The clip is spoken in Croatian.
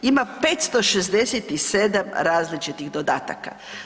Ima 567 različitih dodataka.